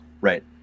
right